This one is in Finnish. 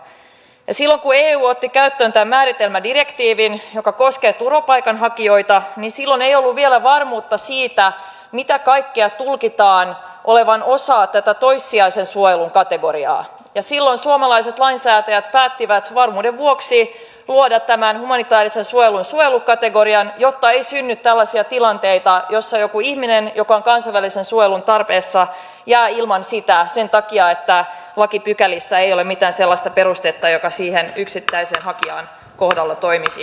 silloin kun eu otti käyttöön tämän määritelmädirektiivin joka koskee turvapaikanhakijoita ei ollut vielä varmuutta siitä minkä kaiken tulkitaan olevan osa tätä toissijaisen suojelun kategoriaa ja silloin suomalaiset lainsäätäjät päättivät varmuuden vuoksi luoda tämän humanitaarisen suojelun suojelukategorian jotta ei synny tällaisia tilanteita joissa joku ihminen joka on kansainvälisen suojelun tarpeessa jää ilman sitä sen takia että lakipykälissä ei ole mitään sellaista perustetta joka siinä yksittäisen hakijan kohdalla toimisi